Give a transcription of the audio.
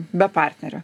be partnerio